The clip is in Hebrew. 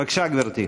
בבקשה, גברתי.